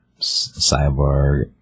Cyborg